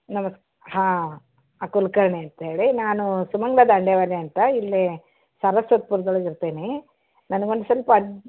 ನಮಸ್ ಹಾಂ ಕುಲ್ಕರ್ಣಿ ಅಂತೇಳಿ ನಾನು ಸುಮಂಗ್ಲಾ ದಾಂಡೆವಾಲೆ ಅಂತ ಇಲ್ಲಿ ಸರಸ್ವತ್ಪುರ್ರ್ದೊಳಗೆ ಇರ್ತೀನಿ ನನಗೆ ಒಂದು ಸ್ವಲ್ಪ ಅಜ್